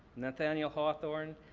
nathaniel hawthorne.